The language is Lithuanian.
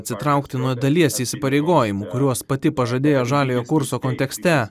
atsitraukti nuo dalies įsipareigojimų kuriuos pati pažadėjo žaliojo kurso kontekste